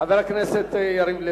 חבר הכנסת יריב לוין.